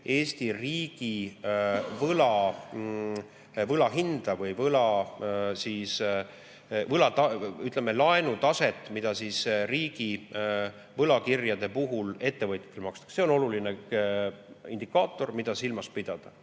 Eesti riigi võla hinda või võla, ütleme, laenutaset, mida siis riigi võlakirjade puhul ettevõtjatele makstakse. See on oluline indikaator, mida silmas pidada.